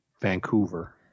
Vancouver